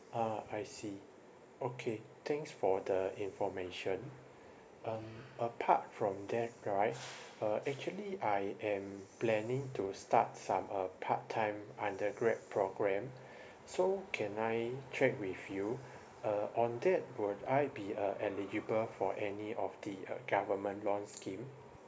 ah I see okay thanks for the information um apart from that right uh actually I am planning to start some uh part time undergrad programme so can I check with you uh on that would I be uh eligible for any of the uh government loan scheme